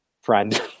friend